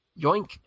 yoink